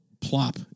plop